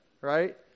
right